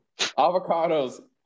Avocados